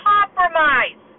Compromise